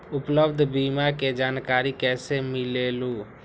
उपलब्ध बीमा के जानकारी कैसे मिलेलु?